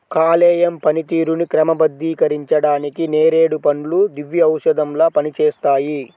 కాలేయం పనితీరుని క్రమబద్ధీకరించడానికి నేరేడు పండ్లు దివ్యౌషధంలా పనిచేస్తాయి